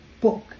book